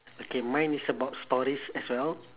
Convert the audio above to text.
okay mine is about stories as well